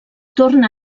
torna